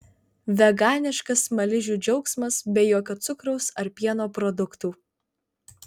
veganiškas smaližių džiaugsmas be jokio cukraus ar pieno produktų